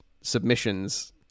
submissions